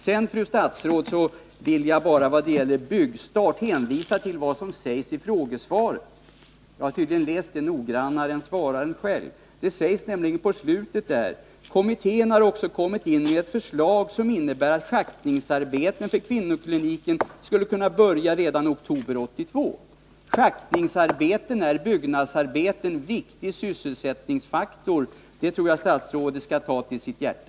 Sedan, fru statsråd, vill jag när det gäller byggstarten bara hänvisa till vad som s i frågesvaret, som jag tycks ha läst noggrannare än svararen själv. Det sägs nämligen på slutet där: ”Kommittén har också kommit in med ett förslag, som innebär att schaktningsarbeten för kvinnokliniken skulle kunna börja redan i oktober 1982.” Schaktningsarbeten är byggnadsarbeten och en viktig sysselsättningsfaktor. Det tror jag statsrådet skall ta till sitt hjärta.